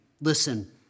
listen